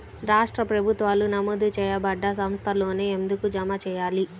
రాష్ట్ర ప్రభుత్వాలు నమోదు చేయబడ్డ సంస్థలలోనే ఎందుకు జమ చెయ్యాలి?